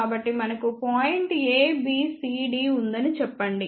కాబట్టి మనకు point A B C D ఉందని చెప్పండి